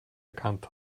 erkannt